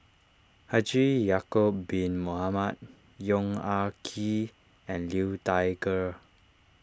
Haji Ya'Acob Bin Mohamed Yong Ah Kee and Liu Thai Ker